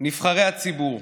נבחרי הציבור.